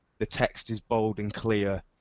the text is bold and clear,